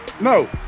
No